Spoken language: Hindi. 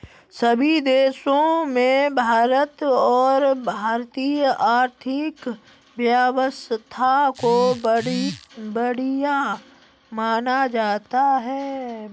सभी देशों में भारत और भारतीय आर्थिक व्यवस्था को बढ़िया माना जाता है